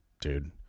dude